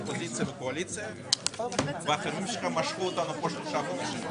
(הישיבה נפסקה בשעה 12:55 ונתחדשה בשעה 13:25.)